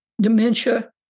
dementia